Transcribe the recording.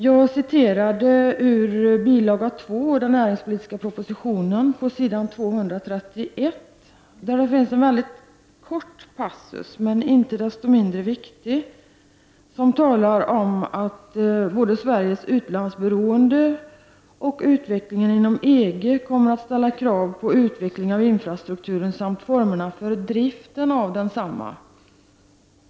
Jag citerade ur bil. 2 i den näringspolitiska propositionen på s. 231. Där finns en väldigt kort passus men inte desto mindre viktig, där det talas om att både Sveriges utlandsberoende och utvecklingen inom EG kommer att ställa krav på utveckling av infrastrukturen samt formerna för att driva densamma.